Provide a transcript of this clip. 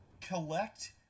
collect